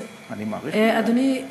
אדוני,